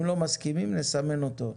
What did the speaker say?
אם לא מסכימים נסמן אותו.